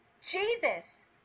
Jesus